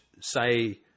say